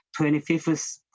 25th